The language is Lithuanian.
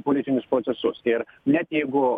politinius procesus ir net jeigu